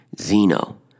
Zeno